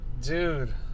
dude